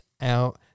out